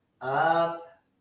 Up